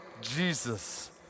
Jesus